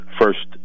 first